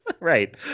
right